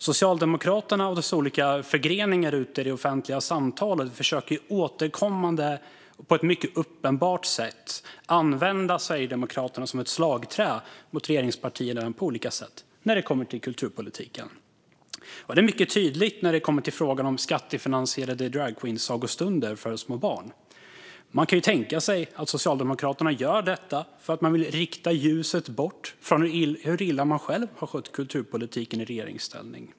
Socialdemokraterna och deras olika förgreningar ute i det offentliga samtalet försöker återkommande på ett mycket uppenbart vis på olika sätt använda Sverigedemokraterna som ett slagträ mot regeringspartierna när det kommer till kulturpolitiken. Det är mycket tydligt när det gäller frågan om skattefinansierade dragqueensagostunder för små barn. Man kan tänka sig att Socialdemokraterna gör detta för att man vill rikta ljuset bort från hur illa de själva har skött kulturpolitiken i regeringsställning.